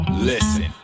Listen